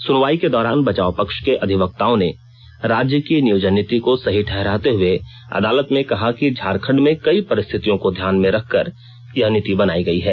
सुनवाई के दौरान बचाव पक्ष के अधिवक्ताओं ने राज्य की नियोजन नीति को सही ठहराते हुए अदालत में कहा कि झारखंड में कई परिस्थितियों को ध्यान में रखकर ही यह नीति बनाई गई है